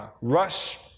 Rush